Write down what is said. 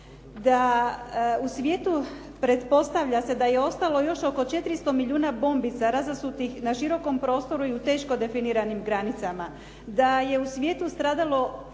Da u svijetu pretpostavlja se da je ostalo još oko 400 milijuna bombi razasutih na širokom prostoru i u teško definiranim granicama, da je u svijetu stradalo